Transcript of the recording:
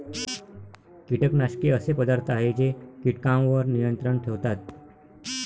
कीटकनाशके असे पदार्थ आहेत जे कीटकांवर नियंत्रण ठेवतात